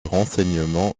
renseignements